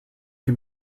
can